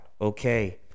Okay